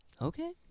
Okay